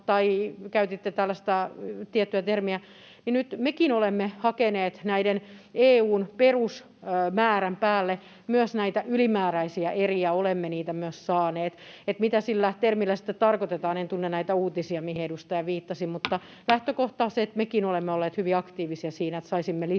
— käytitte tällaista tiettyä termiä. Nyt mekin olemme hakeneet EU:n perusmäärän päälle myös näitä ylimääräisiä eriä. Olemme niitä myös saaneet. Mitä sillä termillä sitten tarkoitetaan? En tunne näitä uutisia, mihin edustaja viittasi. Mutta lähtökohta on se, että mekin olemme olleet hyvin aktiivisia siinä, että saisimme lisää